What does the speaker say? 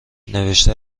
نوشته